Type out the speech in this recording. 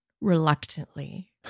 reluctantly